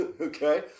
okay